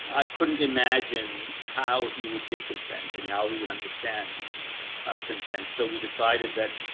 i couldn't imagine how he would give consent and how he would understand consent. so we decided that,